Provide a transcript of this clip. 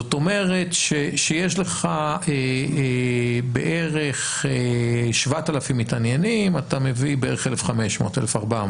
זאת אומרת שיש לך בערך 7,000 מתעניינים ואתה מביא בערך 1,500-1,400